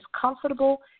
comfortable